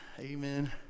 amen